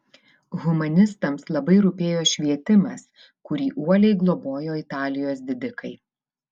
humanistams labai rūpėjo švietimas kurį uoliai globojo italijos didikai